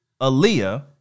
Aaliyah